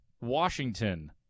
Washington